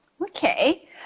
Okay